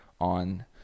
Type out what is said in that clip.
on